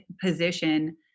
position